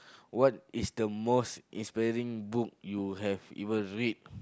what is the most inspiring book you have ever read